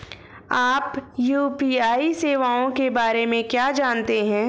आप यू.पी.आई सेवाओं के बारे में क्या जानते हैं?